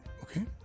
Okay